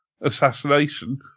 assassination